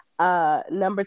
Number